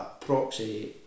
proxy